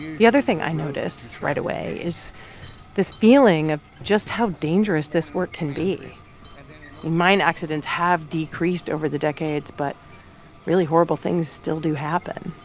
the other thing i notice right away is this feeling of just how dangerous this work can be. mine accidents have decreased over the decades, but really horrible things still do happen.